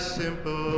simple